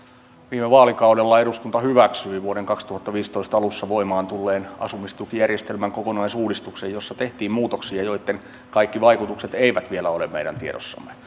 viime vaalikaudella eduskunta hyväksyi vuoden kaksituhattaviisitoista alussa voimaan tulleen asumistukijärjestelmän kokonaisuudistuksen jossa tehtiin muutoksia joitten kaikki vaikutukset eivät vielä ole meidän tiedossamme